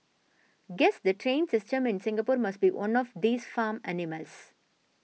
guess the train system in Singapore must be one of these farm animals